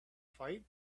fight